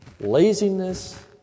laziness